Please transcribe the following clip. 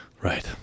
Right